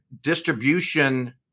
distribution